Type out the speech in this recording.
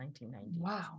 wow